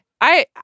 I-